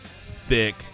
thick